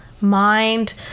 mind